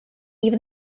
even